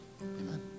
Amen